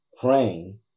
praying